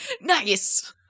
nice